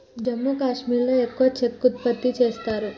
జమ్మూ కాశ్మీర్లో ఎక్కువ చెక్క ఉత్పత్తి చేస్తారు